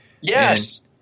Yes